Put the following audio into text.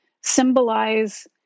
symbolize